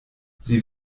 sie